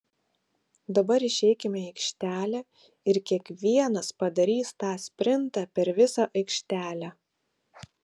dabar išeikime į aikštelę ir kiekvienas padarys tą sprintą per visą aikštelę